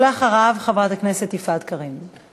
ואחריו, חברת הכנסת יפעת קריב.